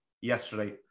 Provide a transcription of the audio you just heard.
yesterday